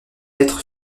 être